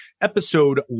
episode